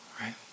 right